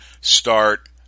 start